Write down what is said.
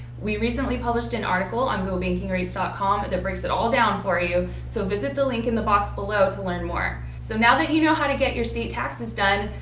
we recently published an article on gobankingrates dot com that breaks it all down for you so visit the link in the box below to learn more. so now that you know how to get your state taxes done,